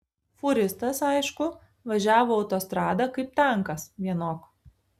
fūristas aišku važiavo autostrada kaip tankas vienok